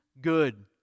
good